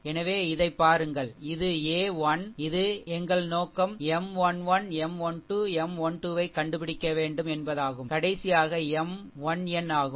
எனவே இதைப் பாருங்கள் இது a1 இது எங்கள் நோக்கம் M 1 1 M 1 2 M 1 2 ஐக் கண்டுபிடிக்க வேண்டும் என்பதாகும் கடைசியாக M 1n ஆகும்